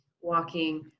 walking